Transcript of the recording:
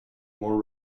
more